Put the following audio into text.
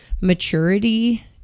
maturity